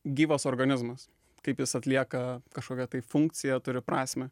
gyvas organizmas kaip jis atlieka kažkokią tai funkciją turi prasmę